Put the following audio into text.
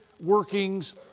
workings